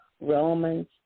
Romans